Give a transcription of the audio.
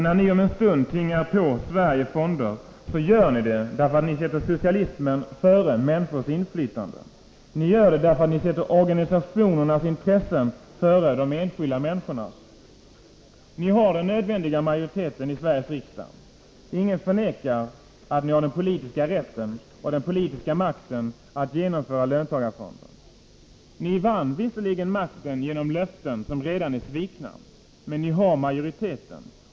När ni om en stund tvingar på Sverige fonder gör ni det därför att ni sätter socialismen före människors inflytande. Ni gör det därför att ni sätter organisationernas intressen före de enskilda människornas. Ni har den nödvändiga majoriteten i Sveriges riksdag. Ingen förnekar att ni har den politiska rätten och den politiska makten att genomföra löntagarfonder. Ni vann visserligen makten genom löften som redan är svikna, men ni har majoriteten.